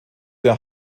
der